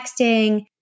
texting